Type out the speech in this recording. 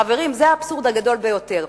חברים, זה האבסורד הגדול ביותר.